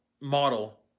model